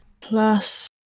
plus